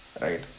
right